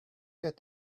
get